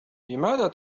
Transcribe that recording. لماذا